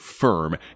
firm